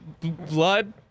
blood